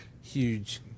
Huge